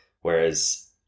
Whereas